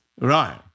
Right